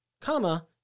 comma